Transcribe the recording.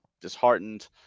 disheartened